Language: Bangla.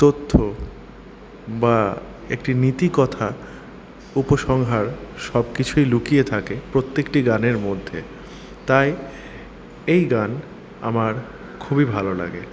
তথ্য বা একটি নীতিকথা উপসংহার সব কিছুই লুকিয়ে থাকে প্রত্যেকটি গানের মধ্যে তাই এই গান আমার খুবই ভালো লাগে